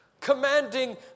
Commanding